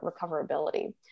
recoverability